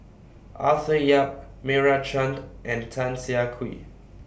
Arthur Yap Meira Chand and Tan Siah Kwee